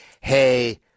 hey